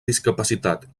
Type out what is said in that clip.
discapacitat